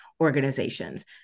organizations